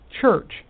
church